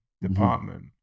department